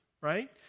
right